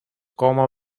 como